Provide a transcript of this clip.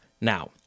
Now